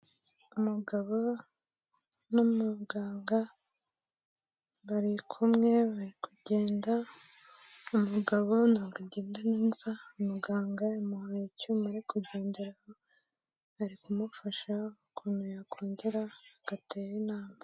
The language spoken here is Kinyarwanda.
Umugabo n'umuganga bari kumwe nari kugenda umugabo ntago agenda neza muganga yamuhaye icyuma arikugenderaho ari kumufasha ukuntu yakongera agatera intambwe.